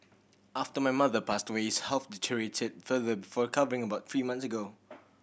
after my mother passed away his health deteriorated further before covering about three months ago